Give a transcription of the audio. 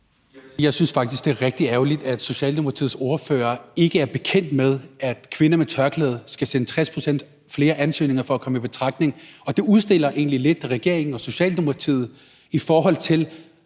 Jeg synes faktisk, det er rigtig ærgerligt, at Socialdemokratiets ordfører ikke er bekendt med, at kvinder med tørklæde skal sende 60 pct. flere ansøgninger for at komme i betragtning til et job, og det udstiller egentlig lidt regeringen og Socialdemokratiet, i forhold til